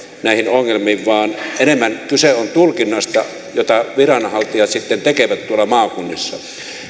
näihin ongelmiin vaan enemmän kyse on tulkinnasta jota viranhaltijat sitten tekevät tuolla maakunnissa